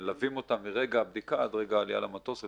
מלווים אותם מרגע הבדיקה עד העלייה למטוס.